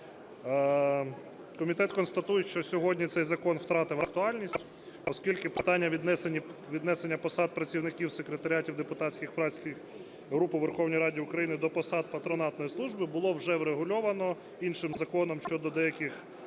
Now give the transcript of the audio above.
Комітет констатує, що сьогодні цей закон втратив актуальність, оскільки питання віднесення посад працівників секретаріатів депутатських фракцій (груп) у Верховній Раді України до посад патронатної служби було вже врегульовано іншим Законом щодо деяких